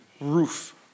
roof